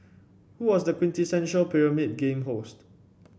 who was the quintessential Pyramid Game host